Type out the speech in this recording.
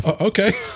Okay